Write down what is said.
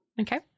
Okay